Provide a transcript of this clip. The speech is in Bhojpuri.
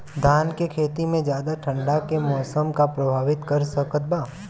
धान के खेती में ज्यादा ठंडा के मौसम का प्रभावित कर सकता बा?